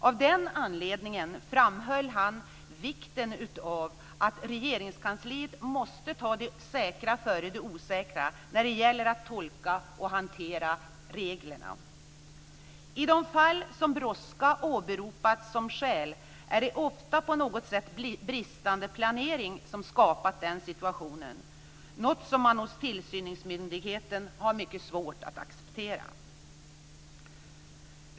Av den anledningen framhöll han vikten av att Regeringskansliet måste ta det säkra före det osäkra när det gäller att tolka och hantera reglerna. I de fall där brådska åberopas som skäl är det ofta en på något sätt bristande planering som har skapat situationen, något som man hos tillsynsmyndigheten har mycket svårt att acceptera.